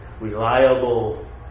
reliable